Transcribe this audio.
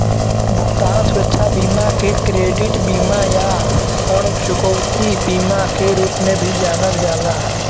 भुगतान सुरक्षा बीमा के क्रेडिट बीमा या ऋण चुकौती बीमा के रूप में भी जानल जाला